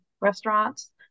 restaurants